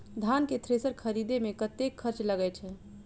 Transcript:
धान केँ थ्रेसर खरीदे मे कतेक खर्च लगय छैय?